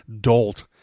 dolt